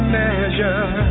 measure